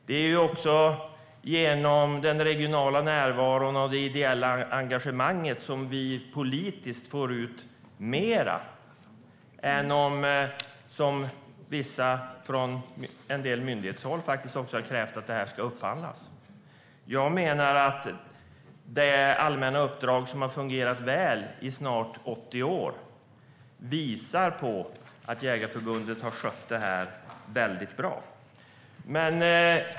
Det är också genom den regionala närvaron och det ideella engagemanget som vi politiskt får ut mer än om, som också krävts från vissa myndigheter, detta upphandlas. Jag menar att det allmänna uppdrag som har fungerat väl i snart 80 år visar att Jägareförbundet har skött detta mycket bra.